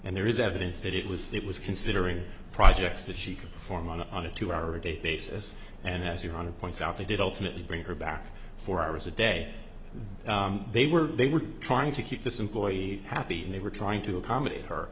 and there is evidence that it was it was considering projects that she could perform on a on a two hour a day basis and as your hundred points out they did ultimately bring her back four hours a day they were they were trying to keep this employee happy and they were trying to accommodate her